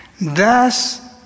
Thus